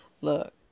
Look